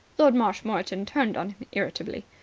lord marshmoreton turned on him irritably.